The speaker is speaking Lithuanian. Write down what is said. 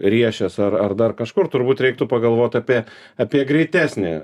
riešės ar ar dar kažkur turbūt reiktų pagalvot apie apie greitesnį